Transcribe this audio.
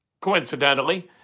coincidentally